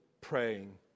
praying